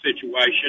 situation